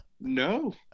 no